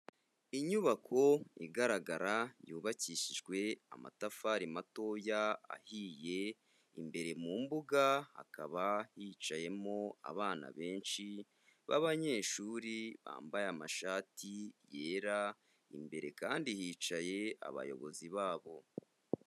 Inyubako igaragara yubakishijwe amatafari matoya ahiye, imbere mu mbuga hakaba hicayemo abana benshi b'abanyeshuri bambaye amashati yera, imbere kandi hicaye abayobozi babo.